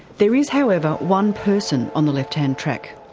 there is, however, one person on the left hand track,